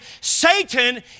Satan